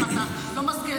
אתה לא מזכיר.